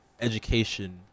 Education